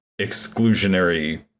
exclusionary